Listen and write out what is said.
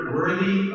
worthy